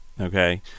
Okay